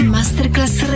Masterclass